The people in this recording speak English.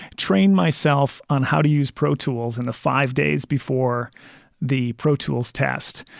train myself on how to use pro tools. in the five days before the pro tools test,